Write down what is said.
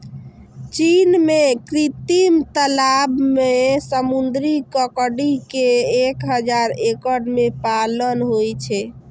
चीन मे कृत्रिम तालाब मे समुद्री ककड़ी के एक हजार एकड़ मे पालन होइ छै